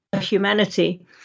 humanity